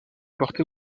porté